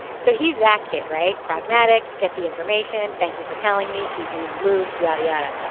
so he's that kid right pragmatic get the information. thank you for telling me. keep me in the loop yada yada.